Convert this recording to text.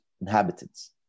inhabitants